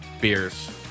beers